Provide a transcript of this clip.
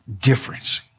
difference